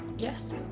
yes.